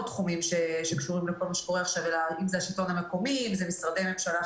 בייחוד בתקופה מאוד עמוסה ומאוד משברית זאת.